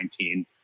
2019